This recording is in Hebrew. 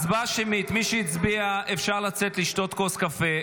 הצבעה שמית, מי שהצביע יכול לצאת לשתות כוס קפה.